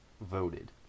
voted